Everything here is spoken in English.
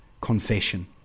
confession